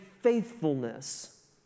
faithfulness